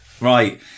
Right